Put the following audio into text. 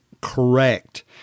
correct